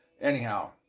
anyhow